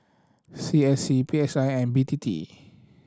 C S C P S I and B T T